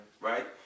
Right